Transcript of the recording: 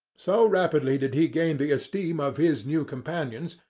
so rapidly did he gain the esteem of his new companions,